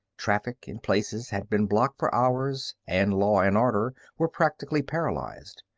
traffic, in places, had been blocked for hours and law and order were practically paralyzed.